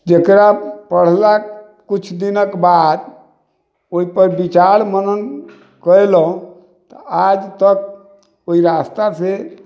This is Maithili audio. जेकरा पढ़ला कुछ दिनक बाद ओहिपर विचार मनन कयलहुॅं तऽ आजतक ओहि रास्ता से